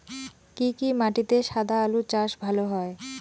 কি কি মাটিতে সাদা আলু চাষ ভালো হয়?